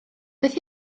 doedd